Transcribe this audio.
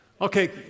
okay